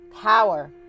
power